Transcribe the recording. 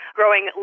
growing